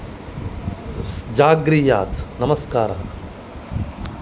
जाग्रीयात् नमस्काराः